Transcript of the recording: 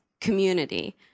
community